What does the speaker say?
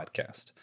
Podcast